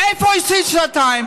איפה היית שנתיים?